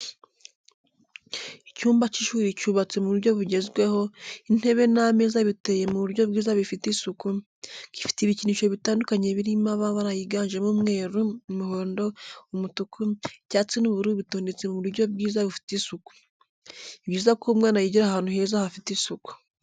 Icyumba cy'ishuri cyubatse mu buryo bugezweho, intebe n'ameza biteye mu buryo bwiza bifite isuku, gifite ibikinisho bitandukanye biri mabara yiganjemo umweru, umuhondo, umutuku, icyatsi n'ubururu bitondetse mu buryo bwiza bufite isuku. Ni byiza ko umwana yigira ahantu heza hafite isuku.